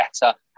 better